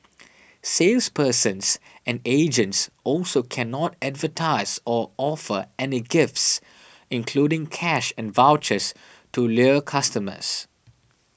salespersons and agents also cannot advertise or offer any gifts including cash and vouchers to lure customers